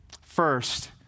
First